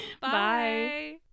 Bye